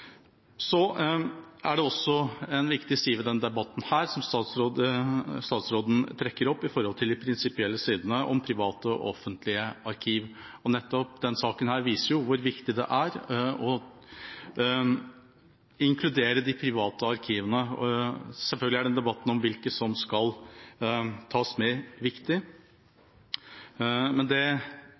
er også en viktig side ved denne debatten som statsråden trekker fram, når det gjelder de prinsipielle sidene om private og offentlige arkiv. Nettopp denne saken viser jo hvor viktig det er å inkludere de private arkivene. Selvfølgelig er debatten om hvilke som skal tas med, viktig, men det